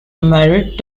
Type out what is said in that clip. married